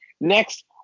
Next